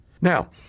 Now